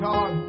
God